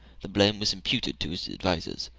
the blame was imputed to his advisers.